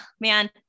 man